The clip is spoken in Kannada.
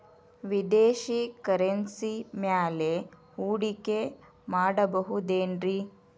ವಿದೇಶಿ ಕರೆನ್ಸಿ ಮ್ಯಾಲೆ ಹೂಡಿಕೆ ಮಾಡಬಹುದೇನ್ರಿ?